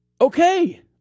okay